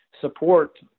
support